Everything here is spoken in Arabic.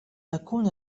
أكون